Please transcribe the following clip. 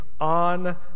on